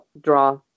draw